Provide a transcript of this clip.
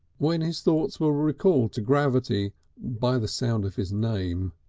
when his thoughts were recalled to gravity by the sound of his name.